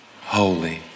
Holy